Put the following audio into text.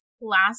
last